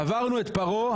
עברנו את פרעה,